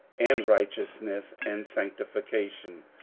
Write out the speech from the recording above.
and righteousness, and sanctification,